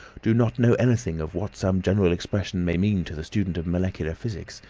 do not know anything of what some general expression may mean to the student of molecular physics.